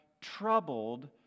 troubled